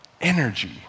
Energy